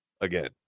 again